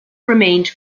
remained